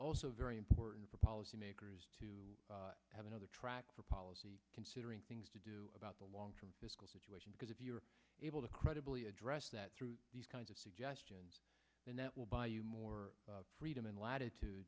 also very important for policymakers to have another track for policy considering things to do about the long term fiscal situation because if you're able to credibly address that through these kinds of suggestions and that will buy you more freedom and latitude